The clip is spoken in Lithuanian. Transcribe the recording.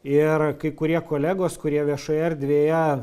ir kai kurie kolegos kurie viešoje erdvėje